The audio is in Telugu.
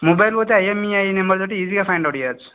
మొబైల్ పోతే ఐఎమ్ఈఐ నంబర్ తోటి ఈజీగా ఫైండ్ అవుట్ చెయ్యొచ్చు